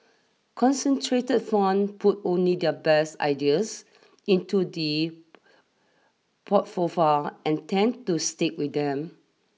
concentrated fund put only their best ideas into the and tend to stick with them